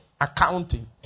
Accounting